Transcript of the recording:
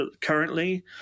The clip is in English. currently